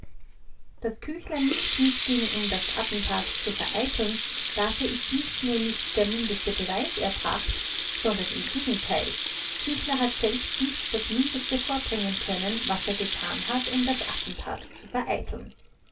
daß küchler nicht mitging um das attentat zu vereiteln dafür ist nicht nur nicht der mindeste beweis erbracht sondern im gegenteil küchler hat selbst nicht das mindeste vorbringen können was er getan hat um das attentat zu vereiteln